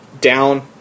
down